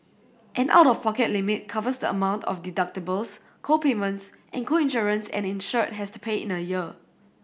an out of pocket limit covers the amount of deductibles co payments and co insurance an insured has to pay in a year